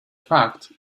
fact